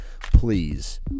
please